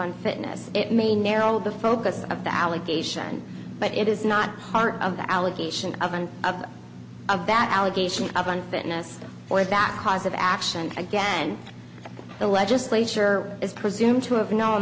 unfitness it may narrow the focus of the allegation but it is not part of the allegation of an of that allegation of unfitness for that cause of action again the legislature is presumed to have known